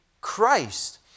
Christ